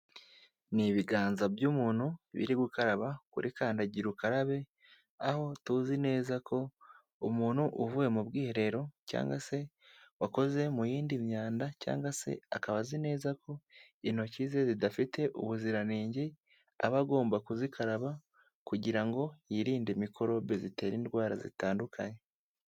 Ni ibiganza by'umuntu biri gukaraba kuri kandagira ukarabe, aho tuzi neza ko umuntu uvuye mu bwiherero cyangwa se wakoze mu yindi myanda, cyangwa se akaba azi neza ko intoki ze zidafite ubuziranenge, aba agomba kuzikaraba kugira ngo yirinde mikorobe zitera indwara zitandukanye.